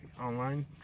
online